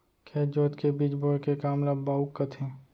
खेत जोत के बीज बोए के काम ल बाउक कथें